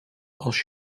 als